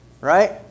Right